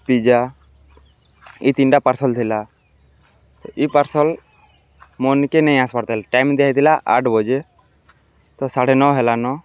pizza ଇ ତିନ୍ଟା parcel ଥିଲା ଇ ପାର୍ସଲ୍ ମୋର୍ନିକେ ନେଇ ଆସ୍ବାର୍ତାଲ୍ ଟାଇମ୍ ଦିଆହେଇଥିଲା ଆଠ୍ ବଜେ ତ ସାଢ଼େ ନଅ ହେଲା ନ